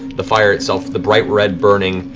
the fire itself, the bright red burning,